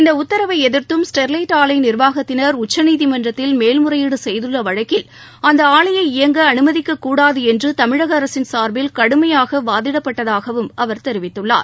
இந்த உத்தரவை எதிர்த்தும் ஸ்டெர்வைட் ஆலை நிர்வாகத்தினர் உச்சநீதிமன்றத்தில் மேல்முறையீடு செய்துள்ள வழக்கில் அந்த ஆலையை இயங்க அனுமதிக்கக்கூடாது என்று தமிழக அரசின் சார்பில் கடுமையாக வாதிடப்பட்டதாகவும் அவர் தெரிவித்துள்ளார்